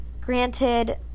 granted